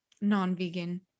non-vegan